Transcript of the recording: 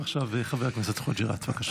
עכשיו חבר הכנסת חוג'יראת, בבקשה.